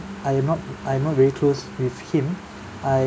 I'm not I'm not really close with him I